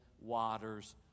waters